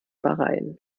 bahrain